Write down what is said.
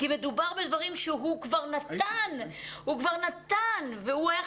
כי מדובר בדברים שהוא כבר נתן והוא היה